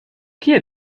kie